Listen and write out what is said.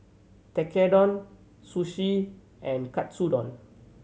Tekkadon Sushi and Katsudon